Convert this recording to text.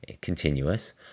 continuous